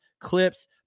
clips